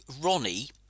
Ronnie